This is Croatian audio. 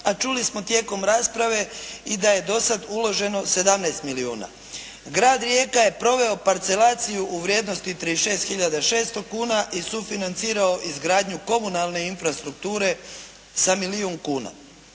a čuli smo tijekom rasprave i da je do sada uloženo 17 milijuna. Grad Rijeka je proveo parcelaciju u vrijednosti 36 hiljada 600 kuna i sufinancirao izgradnju komunalne infrastrukture sa milijun kuna.